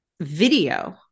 video